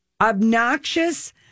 obnoxious